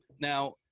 Now